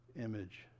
image